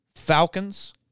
Falcons